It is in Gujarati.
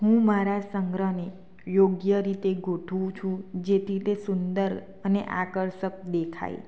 હું મારા સંગ્રહને યોગ્ય રીતે ગોઠવું છું જેથી તે સુંદર અને આકર્ષક દેખાય